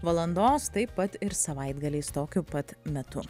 valandos taip pat ir savaitgaliais tokiu pat metu